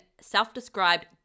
self-described